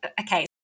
Okay